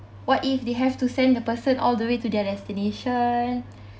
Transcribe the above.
what if they have to send the person all the way to their destination